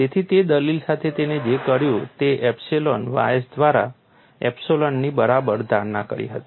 તેથી તે દલીલ સાથે તેણે જે કર્યું તે એપ્સિલોન ys દ્વારા એપ્સિલોનની બરાબર ધારણા કરી હતી